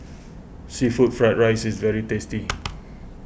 Seafood Fried Rice is very tasty